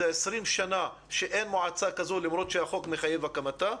זה 20 שנה שאין מועצה כזאת למרות שהחוק מחייב את הקמתה.